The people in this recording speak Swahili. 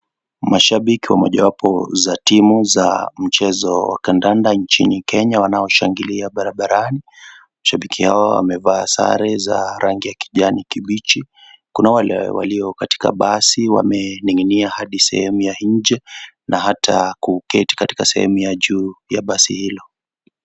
Mashabiki wa mojawapo za timu za mchezo wa kandanda nchini Kenya wanaoshangilia barabarani. Mashabiki hawa wawamevaa sare za rangi ya kijani kibichi kunao walio katika basi wameninginia hada sehemu ya nje na hata kuketi kaatika sehemu juu ya basi hilo.